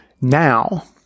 Now